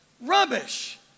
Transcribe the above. rubbish